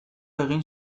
egin